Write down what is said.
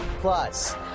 Plus